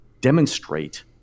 demonstrate